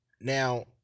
now